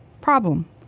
problem